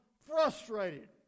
frustrated